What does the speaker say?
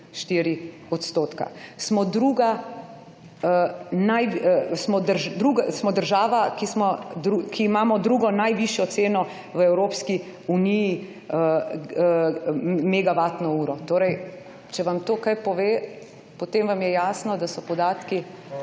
Smo država, ki imamo drugo najvišjo ceno v Evropski uniji – megavatno uro. Torej, če vam to kaj pove, potem vam je jasno, da so podatki